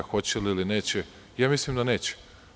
Hoće li ili neće, ja mislim da neće.